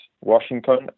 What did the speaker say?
Washington